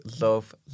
love